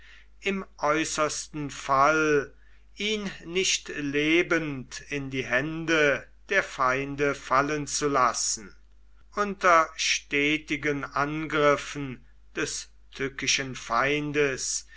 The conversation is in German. im äußersten fall ihn nicht lebend in die hände der feinde fallen zu lassen unter stetigen angriffen des tückischen feindes